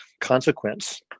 consequence